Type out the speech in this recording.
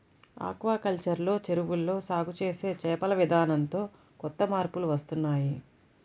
aquaculture లో చెరువుల్లో సాగు చేసే చేపల విధానంతో కొత్త మార్పులు వస్తున్నాయ్